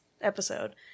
episode